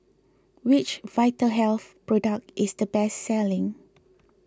which Vitahealth product is the best selling